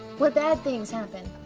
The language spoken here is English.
what bad things happen?